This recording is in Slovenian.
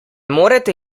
morete